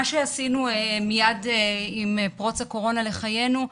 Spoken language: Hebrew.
מה שעשינו מיד עם פרוץ הקורונה לחיינו,